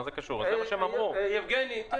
מעבר לעניין של